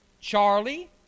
Charlie